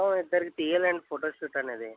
మొత్తం ఇద్దరికి తియ్యాలండి ఫొటో షూట్ అనేది